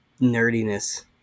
nerdiness